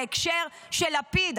בהקשר של לפיד.